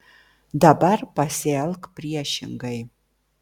dabar pasielk priešingai